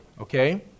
okay